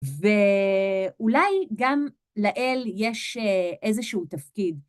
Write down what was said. ואולי גם לאל יש איזשהו תפקיד.